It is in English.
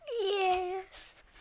Yes